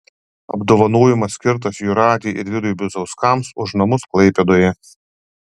apdovanojimas skirtas jūratei ir vidui bizauskams už namus klaipėdoje